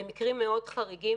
כמקרים חריגים מאוד,